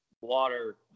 water